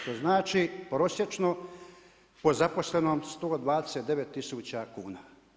To znači prosječno po zaposlenom 129 tisuća kuna.